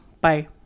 Bye